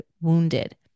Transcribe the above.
wounded